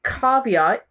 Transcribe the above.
Caveat